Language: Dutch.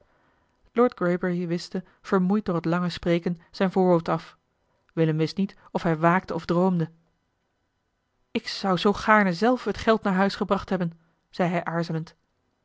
wischte vermoeid door het lange spreken zijn voorhoofd af willem wist niet of hij waakte of droomde ik zou zoo gaarne zelf het geld naar huis gebracht hebben zei hij aarzelend